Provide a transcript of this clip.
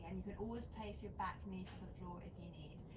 and you can always place your back knee to the floor if you need.